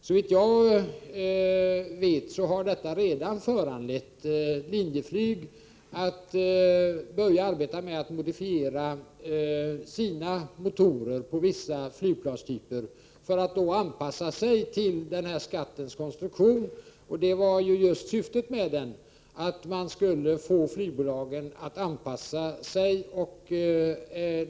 Såvitt jag vet har detta redan föranlett Linjeflyg att börja med att modifiera sina motorer på vissa flygplanstyper som en anpassning till skattens konstruktion. Syftet var också att få flygbolagen att göra denna anpassning.